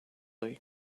they